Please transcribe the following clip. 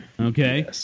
Okay